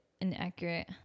inaccurate